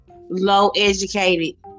low-educated